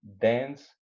Dance